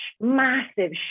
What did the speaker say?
massive